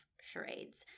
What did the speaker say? charades